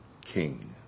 king